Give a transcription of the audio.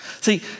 See